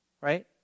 right